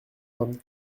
vingt